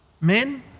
Men